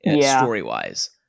story-wise